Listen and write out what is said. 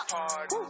Party